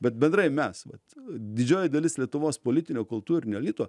bet bendrai mes vat didžioji dalis lietuvos politinio kultūrinio elito